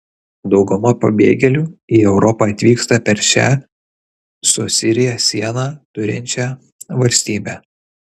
dauguma pabėgėlių į europą atvyksta per šią su sirija sieną turinčią valstybę